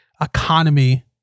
economy